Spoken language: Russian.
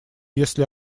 если